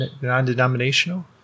non-denominational